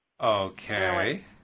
Okay